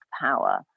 power